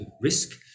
risk